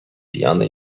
pijany